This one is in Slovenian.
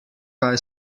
kaj